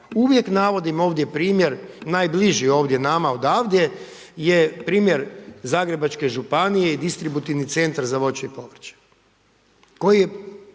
Uvijek navodim ovdje primjer, najbliži ovdje nama odavdje je primjer Zagrebačke županije i distributivni centar za voće i povrće